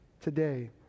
Today